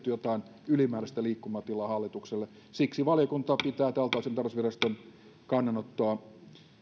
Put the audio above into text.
jotain ylimääräistä liikkumatilaa hallitukselle siksi valiokunta pitää tältä osin tarkastusviraston kannanottoa